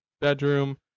bedroom